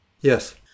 Yes